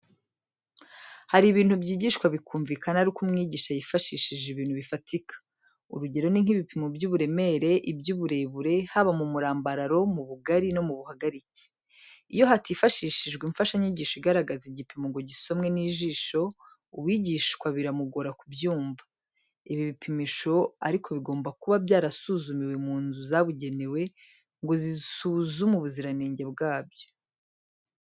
Hari ibintu byigishwa bikumvikana ari uko umwigisha yifashishije ibintu bifatika. Urugero ni nk'ibipimo by'uburemere, iby'uburebure, haba mu murambararo, mu bugari no mu buhagarike. Iyo hatifashishijwe imfashanyigisho igaragaza igipimo ngo gisomwe n'ijisho, uwigishwa biramugora kubyumva. Ibi bipimisho ariko bigoma kuba byarasuzumiwe mu nzu zabugenewe ngo zisuzume ubuziranenge bwabyo.